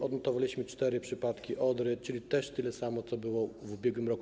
Odnotowaliśmy też 4 przypadki odry, czyli też tyle samo, ile było w ubiegłym roku.